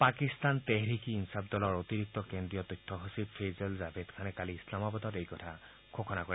পাকিস্তান তেহৰিক ই ইনচাফ দলৰ অতিৰিক্ত কেন্দ্ৰীয় তথ্য সচিব ফেইজল জাভেদখানে কালি ইছলামাবাদত এই কথা ঘোষণা কৰে